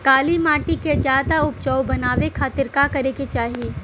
काली माटी के ज्यादा उपजाऊ बनावे खातिर का करे के चाही?